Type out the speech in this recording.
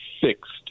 fixed